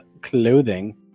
clothing